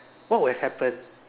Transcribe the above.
what will have happen